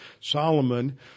solomon